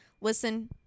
Listen